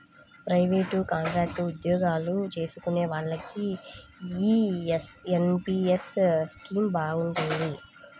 private, contract ఉద్యోగాలు చేసుకునే వాళ్లకి యీ ఎన్.పి.యస్ స్కీమ్ బాగుంటది